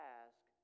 ask